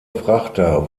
frachter